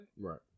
Right